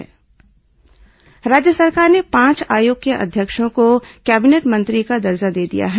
cabinet दर्जा राज्य सरकार ने पांच आयोग के अध्यक्षों को कैबिनेट मंत्री का दर्जा दे दिया है